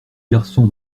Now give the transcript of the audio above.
garçon